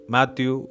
Matthew